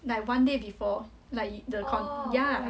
like one day before like the con- ya